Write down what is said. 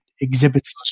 exhibits